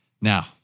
Now